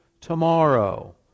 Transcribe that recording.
tomorrow